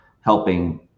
helping